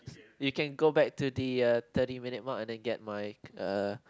you can go back to the uh thirty minute mark and then get my uh